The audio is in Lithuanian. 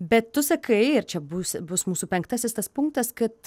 bet tu sakai ir čia bus bus mūsų penktasis tas punktas kad